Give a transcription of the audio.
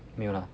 没有 lah